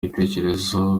ibitekerezo